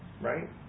Right